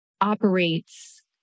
operates